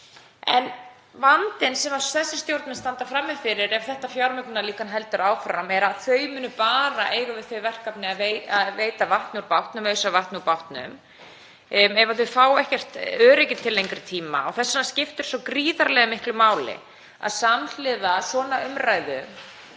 En vandinn sem þessi stjórnvöld standa frammi fyrir ef þetta fjármögnunarlíkan heldur áfram er að þau munu bara eiga við þau verkefni að ausa vatni úr bátnum, ef þau fá ekkert öryggi til lengri tíma. Þess vegna skiptir svo gríðarlega miklu máli að samhliða svona umræðu